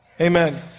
Amen